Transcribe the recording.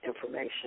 information